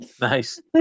nice